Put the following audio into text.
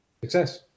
Success